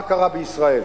מה קרה בישראל?